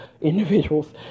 individuals